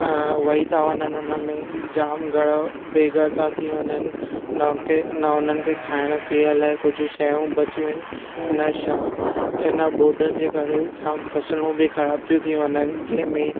अ वही था वञनि उन में जाम घर बेघर था थी वञनि न हुन खे न हुननि खे खाइण पीअण लाए कुझु शयूं बचियूं आहिनि न छा इन ॿोॾियुनि जे करे जाम फ़सलूं बि खराबु थियूं थी वञनि जंहिं में